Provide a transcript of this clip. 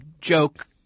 joke